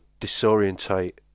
disorientate